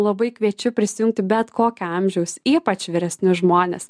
labai kviečiu prisijungti bet kokio amžiaus ypač vyresnius žmones